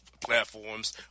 platforms